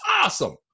awesome